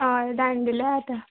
हय धाडून दिल्यार जाता